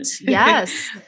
yes